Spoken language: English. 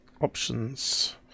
options